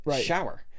shower